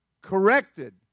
corrected